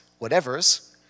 whatevers